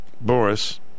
Boris